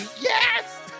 Yes